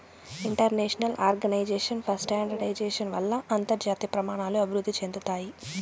international organization for standardization వల్ల అంతర్జాతీయ ప్రమాణాలు అభివృద్ధి చెందుతాయి